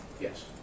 Yes